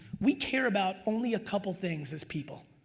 we care about only a couple things as people.